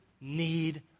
need